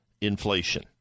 inflation